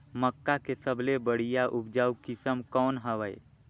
मक्का के सबले बढ़िया उपजाऊ किसम कौन हवय?